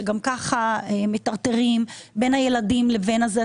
שגם ככה מטרטרים בין הילדים לבין הזה.